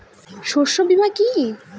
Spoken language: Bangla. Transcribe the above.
শস্য বীমা কি?